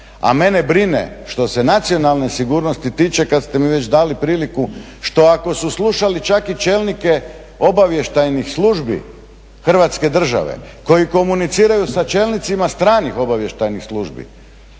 A mene brine što se nacionalne sigurnosti tiče kada ste mi već dali priliku što ako su slušali čak i čelnike obavještajnih službi Hrvatske države koji komuniciraju sa čelnicima stranih obavještajnih službi